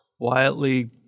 quietly